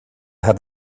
have